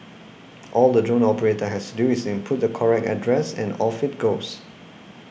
all the drone operator has do is input the correct address and off it goes